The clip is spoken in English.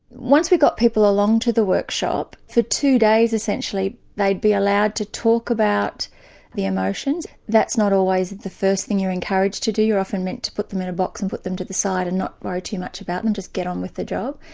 once we got people along to the workshop, for two days essentially they'd be allowed to talk about the emotions. that's not always the first thing you're encouraged to do, you're often meant to put them in a box and put them to the side and not worry too much about them, just get on with the job.